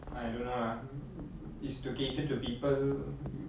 I don't know lah mm mm is to cater to people